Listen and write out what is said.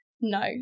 No